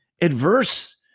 adverse